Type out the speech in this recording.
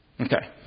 Okay